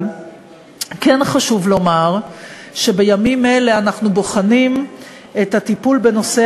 אבל כן חשוב לומר שבימים אלה אנחנו בוחנים את הטיפול בנושא